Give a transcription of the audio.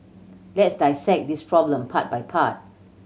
let's dissect this problem part by part